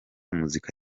muzika